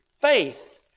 faith